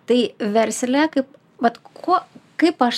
tai versle kaip vat kuo kaip aš